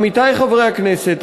עמיתי חברי הכנסת,